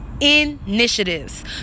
Initiatives